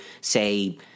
say